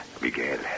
Miguel